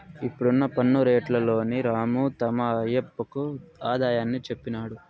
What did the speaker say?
ఇప్పుడున్న పన్ను రేట్లలోని రాము తమ ఆయప్పకు ఆదాయాన్ని చెప్పినాడు